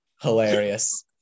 hilarious